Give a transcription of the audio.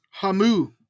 Hamu